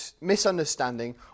misunderstanding